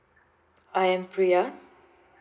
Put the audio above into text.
I am priya